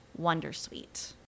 Wondersuite